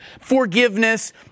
forgiveness